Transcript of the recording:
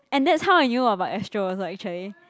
and that's how I knew about Astro also actually